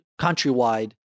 countrywide